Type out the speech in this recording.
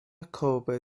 kobe